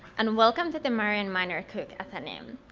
and welcome to the marian miner cook athenaeum.